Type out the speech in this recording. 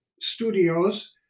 studios